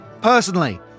personally